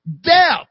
Death